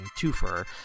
twofer